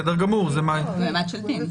בסדר גמור, זה מה --- היא במעמד של דין.